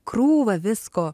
krūvą visko